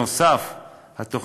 נוסף על כך,